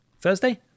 thursday